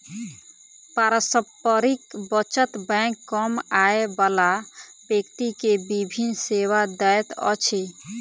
पारस्परिक बचत बैंक कम आय बला व्यक्ति के विभिन सेवा दैत अछि